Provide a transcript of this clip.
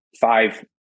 five